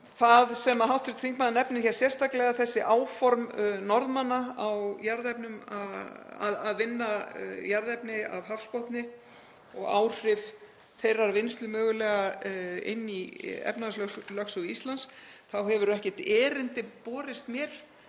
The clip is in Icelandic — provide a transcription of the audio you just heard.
það sem hv. þingmaður nefnir hér sérstaklega, þessi áform Norðmanna að vinna jarðefni af hafsbotni og áhrif þeirrar vinnslu mögulega inn í efnahagslögsögu Íslands, þá hefur ekkert erindi borist mér